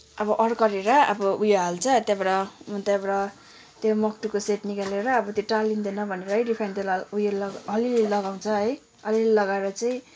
अब अड्कलेर अब उयो हाल्छ त्यहाँबाट त्यहाँबाट त्यो मक्टुको सेट निकालेर अब त्यो टालिँदैन भनेर है रिफाइन तेल उयो अलि अलि लगाउँछ है अलि अलि लगाएर चाहिँ